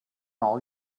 all